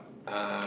uh